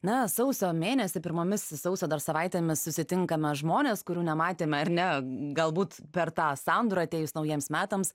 na sausio mėnesį pirmomis sausio dar savaitėmis susitinkame žmones kurių nematėme ar ne galbūt per tą sandūrą atėjus naujiems metams